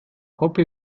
hoppe